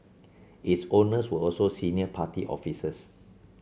its owners were also senior party officers